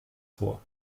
vor